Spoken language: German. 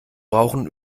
brauchen